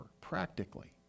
practically